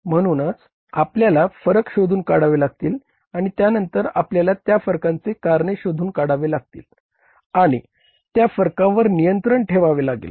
म्हणूनच आपल्याला फरक शोधून काढावे लागतील आणि त्यानंतर आपल्याला त्या फरकांचे कारणे शोधून काढावे लागतील आणि त्या फरकांवर नियंत्रण ठेवावे लागेल